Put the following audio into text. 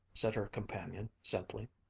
said her companion simply.